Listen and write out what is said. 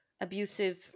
abusive